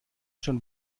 schon